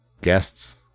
guests